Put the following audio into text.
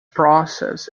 process